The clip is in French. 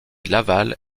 laval